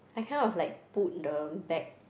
I kind of like pulled the back